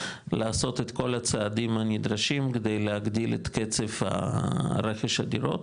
לעשות את כל הצעדים הנדרשים כדי להגדיל את קצב רכש הדירות,